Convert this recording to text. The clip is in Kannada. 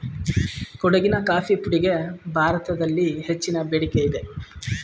ಕೊಡಗಿನ ಕಾಫಿ ಪುಡಿಗೆ ಭಾರತದಲ್ಲಿದೆ ಹೆಚ್ಚಿನ ಬೇಡಿಕೆಯಿದೆ